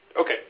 Okay